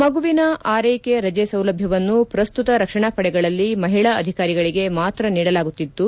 ಮಗುವಿನ ಆರೈಕೆ ರಜೆ ಸೌಲಭ್ಧವನ್ನು ಪ್ರಸ್ತುತ ರಕ್ಷಣಾ ಪಡೆಗಳಲ್ಲಿ ಮಹಿಳಾ ಅಧಿಕಾರಿಗಳಿಗೆ ಮಾತ್ರ ನೀಡಲಾಗುತ್ತಿದ್ದು